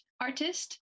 artist